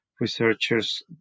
researchers